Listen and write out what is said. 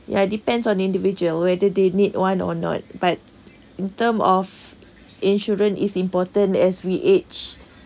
ya depends on individual whether they need one or not but in term of insurance is important as we age